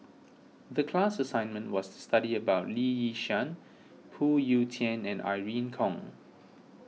the class assignment was to study about Lee Yi Shyan Phoon Yew Tien and Irene Khong